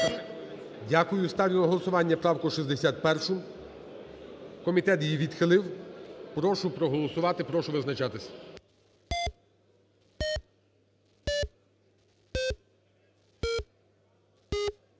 Дякую. Ставлю на голосування правку 61. Комітет її відхилив. Прошу проголосувати, прошу визначатись.